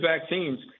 vaccines